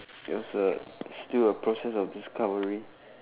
yes uh still a process of discovery